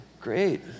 great